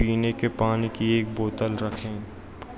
पीने के पानी की एक बोतल रखें